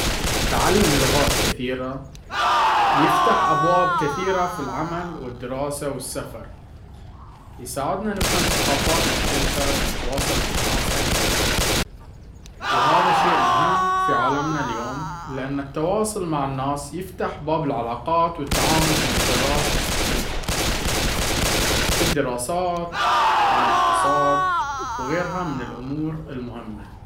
تعلم لغات كثيرة يفتح أبواب كثيرة في العمل والدراسة والسفر. يساعدنا نفهم ثقافات مختلفة ونتواصل مع ناس أكثر، وهذا شيء مهم في عالمنا اليوم, لأنه التواصل معى الناس يفتح باب العلاقات والتعامل في مجالات مختلفة في الدراسات والإقتصاد وغيرها من الأمور المهمة.